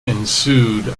ensued